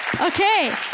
okay